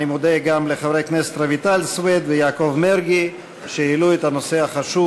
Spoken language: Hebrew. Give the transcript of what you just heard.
אני מודה גם לחברי הכנסת רויטל סויד ויעקב מרגי שהעלו את הנושא החשוב